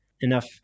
enough